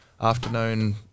afternoon